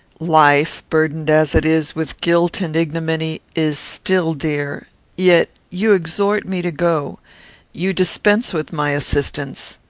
life, burdened as it is with guilt and ignominy, is still dear yet you exhort me to go you dispense with my assistance.